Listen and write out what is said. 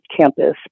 campus